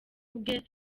bwe